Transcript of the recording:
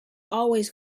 always